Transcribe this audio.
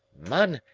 man,